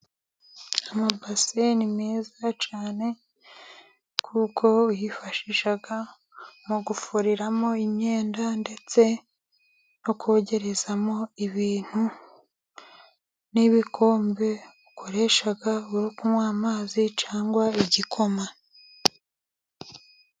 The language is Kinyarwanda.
Amabase ni meza cyane. Kuko uyifashisha mu gufuriramo imyenda, ndetse no kogerezamo ibintu, n'ibikombe ukoresha uri kunywa amazi cyangwa bigikoma.